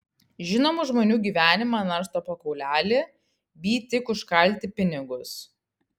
žinomų žmonių gyvenimą narsto po kaulelį by tik užkalti pinigus